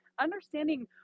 understanding